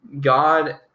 God